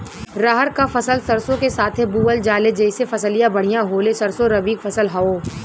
रहर क फसल सरसो के साथे बुवल जाले जैसे फसलिया बढ़िया होले सरसो रबीक फसल हवौ